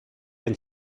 and